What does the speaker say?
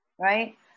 right